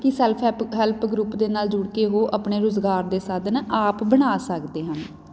ਕਿ self help help group ਦੇ ਨਾਲ ਜੁੜ ਕੇ ਉਹ ਆਪਣੇ ਰੁਜ਼ਗਾਰ ਦੇ ਸਾਧਨ ਆਪ ਬਣਾ ਸਕਦੇ ਹਨ